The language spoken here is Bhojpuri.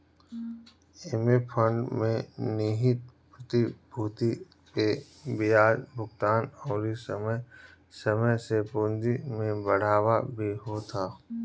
एमे फंड में निहित प्रतिभूति पे बियाज भुगतान अउरी समय समय से पूंजी में बढ़ावा भी होत ह